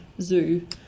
Zoo